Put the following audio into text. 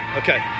okay